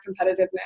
competitiveness